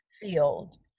field